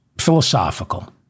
philosophical